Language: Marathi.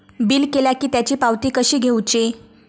बिल केला की त्याची पावती कशी घेऊची?